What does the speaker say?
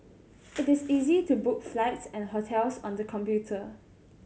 it is easy to book flights and hotels on the computer